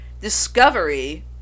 discovery